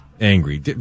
angry